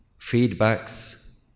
feedbacks